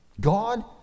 God